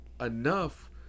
enough